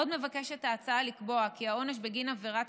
עוד מבקשת ההצעה לקבוע כי העונש בגין עבירת